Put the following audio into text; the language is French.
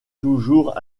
toujours